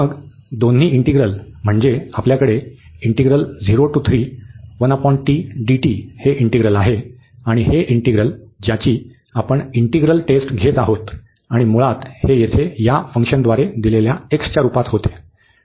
मग दोन्ही इंटिग्रल म्हणजे आपल्याकडे हे इंटिग्रल आहे आणि हे इंटिग्रल ज्याची आपण इंटिग्रल टेस्ट घेत आहोत आणि मुळात हे येथे या फंक्शनद्वारे दिलेल्या x च्या रूपात होते